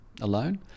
alone